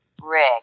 Rick